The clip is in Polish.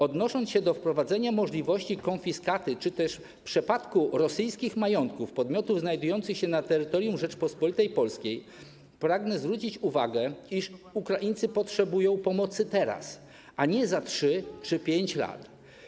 Odnosząc się do wprowadzenia możliwości konfiskaty czy też przepadku rosyjskich majątków w przypadku podmiotów znajdujących się na terytorium Rzeczypospolitej Polskiej, pragnę zwrócić uwagę, iż Ukraińcy potrzebują pomocy teraz, a nie za 3 czy 5 lat.